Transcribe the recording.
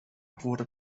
wurde